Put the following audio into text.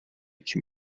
cyn